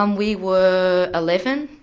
um we were eleven,